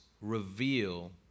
reveal